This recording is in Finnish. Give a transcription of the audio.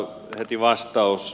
heti vastaus